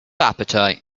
appetite